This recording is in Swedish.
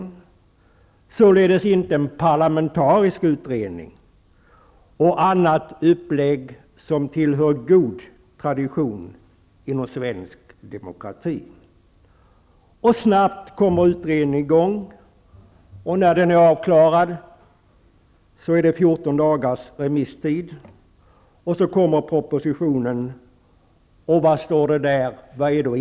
Det var således inte en parlamentarisk utredning och en uppläggning i övrigt som tillhör god tradition inom svensk demokrati. Snabbt kommer utredningen i gång, och när den är avklarad är det 14 dagars remisstid. Så kommer propositionen, och vad är då innebörden i vad som står där?